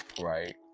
Right